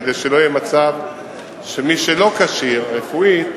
כדי שלא יהיה מצב שמי שלא כשיר רפואית,